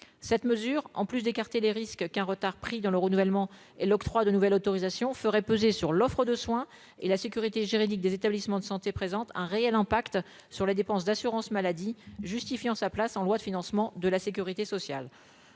cette mesure, en plus d'écarter les risques qu'un retard pris dans le renouvellement et l'octroi de nouvelles autorisations ferait peser sur l'offre de soins et la sécurité juridique des établissements de santé présentent un réel impact sur les dépenses d'assurance maladie, justifiant sa place en loi de financement de la Sécurité sociale